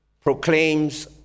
proclaims